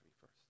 first